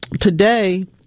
Today